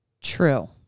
True